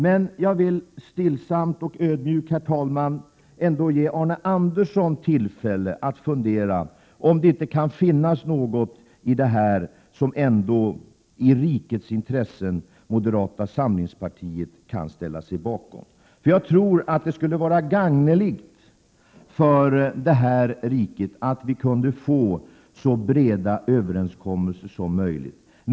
Jag vill, herr talman, stillsamt och ödmjukt ge Arne Andersson tillfälle att fundera om det inte ändå kan finnas något i denna överenskommelse som moderata samlingspartiet i rikets intresse kan ställa sig bakom. Jag tror nämligen att det skulle vara gagneligt för riket om vi kunde få en så bred överenskommelse som möjligt.